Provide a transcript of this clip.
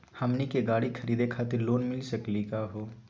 हमनी के गाड़ी खरीदै खातिर लोन मिली सकली का हो?